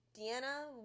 Deanna